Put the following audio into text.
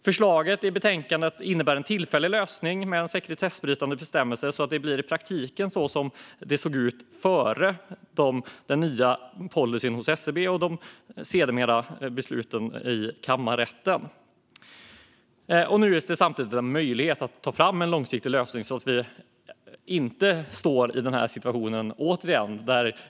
Förslaget i betänkandet innebär en tillfällig lösning med en sekretessbrytande bestämmelse, så att det i praktiken blir så som det såg ut före den nya policyn hos SCB och sedermera besluten i kammarrätten. Nu ges det samtidigt en möjlighet att ta fram en långsiktig lösning så att vi inte återigen står i denna situation.